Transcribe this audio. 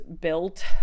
built